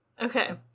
Okay